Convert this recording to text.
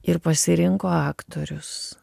ir pasirinko aktorius